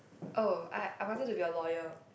oh I I wanted to be a lawyer